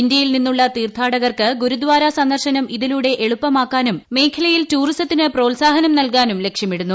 ഇന്ത്യയിൽ നിന്നുള്ള തീർത്ഥാടകർക്ക് ഗുരുദ്ധാര സന്ദർശനം ഇതിലൂടെ എളുപ്പമാക്കാനും മേഖലയിൽ ടൂറിസത്തിന് പ്രോത്സാഹനം നൽകാനും ലക്ഷ്യമിടുന്നു